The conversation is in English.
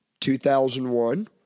2001